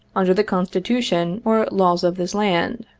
under the constitu tion or laws of this land.